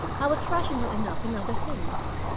i was rational enough in other things.